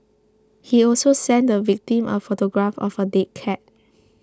he also sent the victim a photograph of a dead cat